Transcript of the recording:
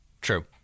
True